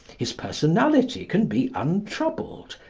his personality can be untroubled.